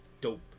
Dope